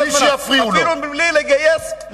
אפילו בלי לגייס,